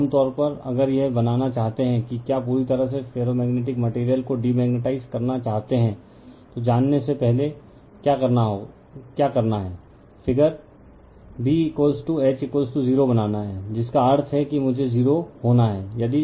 अब आम तौर पर अगर यह बनाना चाहते हैं कि क्या पूरी तरह से फेर्रोमेग्नेटिक मटेरियल को डीमेग्नेटाइजड करना चाहता है तो जाने से पहले क्या करना है फिगर B H 0 बनाना है जिसका अर्थ है कि मुझे 0 होना है